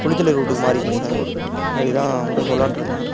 குளித்தலை ரூட்டுக்கு மாறிக்கிங்க சார் அதுக்கு தான் உங்கள்கிட்ட சொல்லான்ட்டு இருந்தேன்